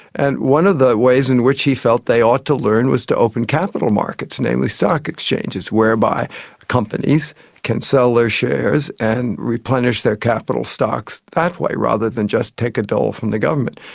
and one of the ways in which he felt they ought to learn was to open capital markets, namely stock exchanges, whereby companies can sell their shares and replenish their capital stocks that way rather than just take a dole from the government.